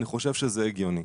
אני חושב שזה הגיוני.